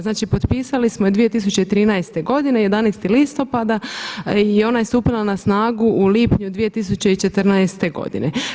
Znači potpisali smo je 2013. godine 11. listopada i ona je stupila na snagu u lipnju 2014. godine.